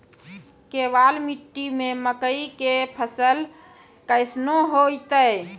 केवाल मिट्टी मे मकई के फ़सल कैसनौ होईतै?